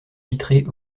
vitrée